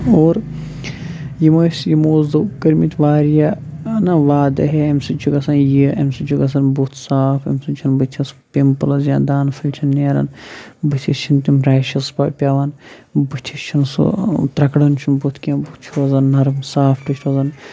اور یِم ٲسۍ یِمو حظ دوٚپ کٔرۍمٕتۍ واریاہ نہ وادٕ ہے اَمہِ سۭتۍ چھُ گژھان یہِ اَمہِ سۭتۍ چھُ گژھن بُتھ صاف اَمہِ سۭتۍ چھِنہٕ بٕتھِس پِمپٕلٕز یا دانہٕ پھٔلۍ چھِنہٕ نیران بٕتھِس چھِنہٕ تِم ریشٕز پٮ۪وان بٕتھِس چھِنہٕ سُہ ترٛکران چھُنہٕ بُتھ کیٚنٛہہ بُتھ چھُ روزان نَرم سافٹ چھِ روزان